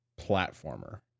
platformer